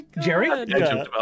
jerry